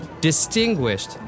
distinguished